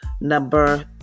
Number